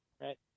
right